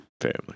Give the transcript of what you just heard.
Family